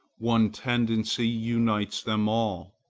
one tendency unites them all.